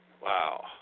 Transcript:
Wow